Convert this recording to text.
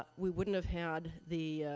we wouldn't have had the